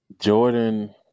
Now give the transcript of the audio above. jordan